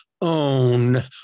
own